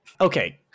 Okay